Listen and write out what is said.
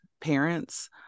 parents